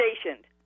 stationed